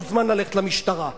מוזמן ללכת למשטרה.